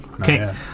Okay